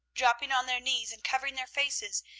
dropping on their knees, and covering their faces,